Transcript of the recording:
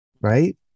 Right